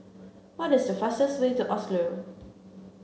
what is the fastest way to Oslo